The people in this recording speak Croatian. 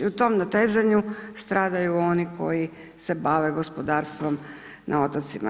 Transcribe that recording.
U tom natezanju stradaju oni koji se bave gospodarstvom na otocima.